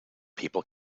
people